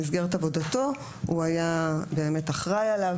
במסגרת עבודתו הוא היה אחראי עליו,